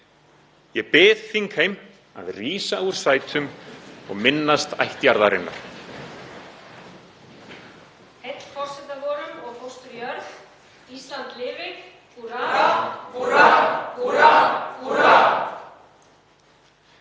Ég bið þingheim að rísa úr sætum og minnast ættjarðarinnar.